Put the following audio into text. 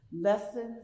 lessons